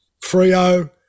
Frio